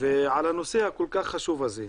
ועל הנושא הכול כך חשוב הזה.